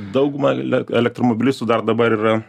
dauguma le elektromobilistų dar dabar yra